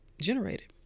generated